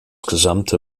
gesamte